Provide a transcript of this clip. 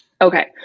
Okay